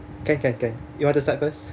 can can can you want to start first